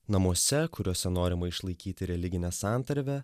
namuose kuriuose norima išlaikyti religinę santarvę